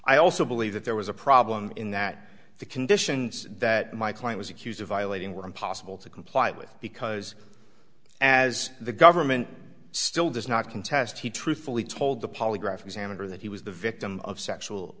i also believe that there was a problem in that the conditions that my client was accused of violating were impossible to comply with because as the government still does not contest he truthfully told the polygraph examiner that he was the victim of sexual